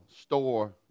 store